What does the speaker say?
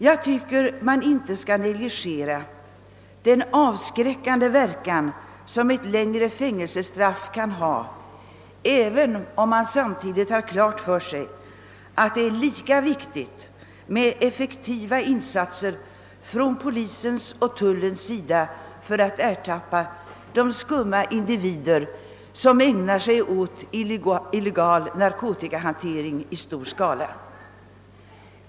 Jag tycker att man inte skall negligera den avskräckande verkan som ett längre fängelsestraff kan ha, även om man samtidigt har klart för sig att det är lika viktigt med effektiva insatser från polisens och tullens sida för att ertappa de skumma individer som ägnar sig åt illegal narkotikahantering i stor skala.